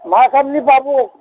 মাছ আপুনি পাব